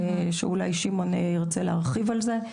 שאולי שמעון ירצה להרחיב על זה,